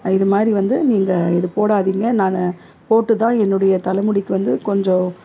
இதுமாதிரி வந்து நீங்கள் இது போடாதீங்க நான் போட்டுதான் என்னுடைய தலை முடிக்கு வந்து கொஞ்சம்